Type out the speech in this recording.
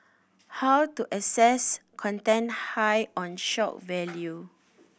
how to assess content high on shock value